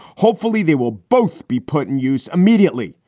hopefully they will both be put in use immediately.